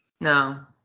No